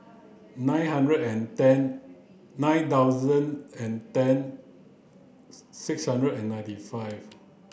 nine hundred and ten nine thousand and ten six hundred and ninety five